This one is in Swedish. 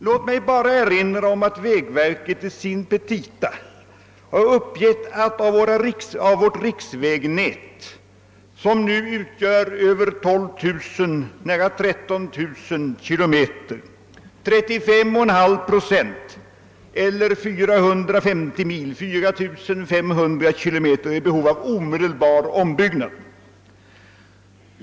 Låt mig bara erinra om att vägverket i sina petita har uppgivit att av vårt riksvägnät, som nu utgör nära 13 000 kilometer, 35,5 procent eller 450 mil — 4500 kilometer — är i behov av omedelbar ombyggnad.